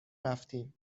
رفتیم